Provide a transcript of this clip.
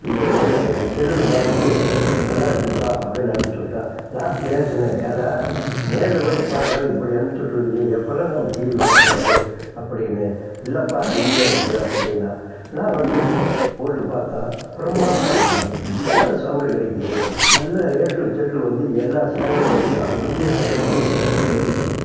இந்த இதில் செல்லுல பார்த்துட்டு நல்லா இருக்குதுப்பா அப்படின்னு அனுப்பிச்சிவுட்டான் நான் பேசினேன் ஏன்டா நேரில் போய் பார்க்காது இப்படி அனுப்பிச்சிவுட்டுருக்கிறியே எப்புட்றா நம்ம டிவி பார்க்கறது அப்படின்னேன் இல்லைப்பா அருமையாக இருக்குது அப்படினா நான் வந்து போட்டு பார்த்தா பிரமாதமாக இருக்குது நல்ல சவுண்ட் கிடைக்கிது நல்ல எ டு இசட் வந்து எல்லா சேனலும் வந்து அருமையாக கேட்குது வெரி குட்